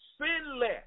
sinless